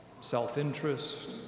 self-interest